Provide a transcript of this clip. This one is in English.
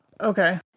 okay